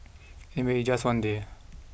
anyway it's just one day